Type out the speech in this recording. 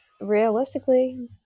realistically